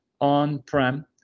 on-prem